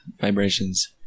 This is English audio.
vibrations